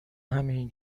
همین